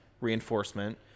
reinforcement